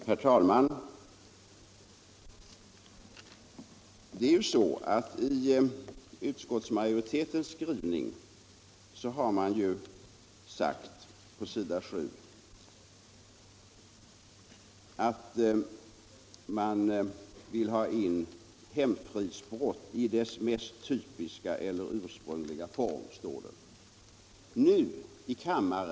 Herr talman! På s. 7 i betänkandet skriver utskottsmajoriteten att man i detta sammanhang vill ha in ”hemfridsbrott i dess mest typiska eller ursprungliga form”.